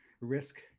risk